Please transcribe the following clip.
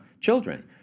children